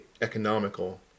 economical